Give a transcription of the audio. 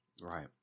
Right